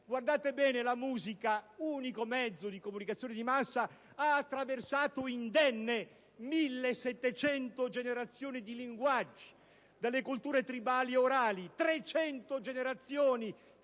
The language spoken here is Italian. Guardate bene: la musica, unico fra i mezzi di comunicazione di massa, ha attraversato indenne 1.700 generazioni di linguaggi delle culture tribali e orali, 300 generazioni